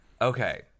Okay